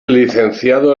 licenciado